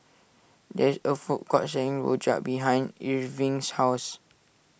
there is a food court selling Rojak behind Irving's house